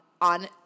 on